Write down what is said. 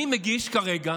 אני מגיש כרגע